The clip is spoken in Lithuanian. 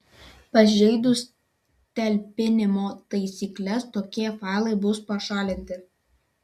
pažeidus talpinimo taisykles tokie failai bus pašalinti